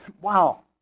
wow